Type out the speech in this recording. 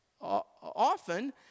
often